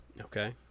Okay